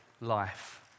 life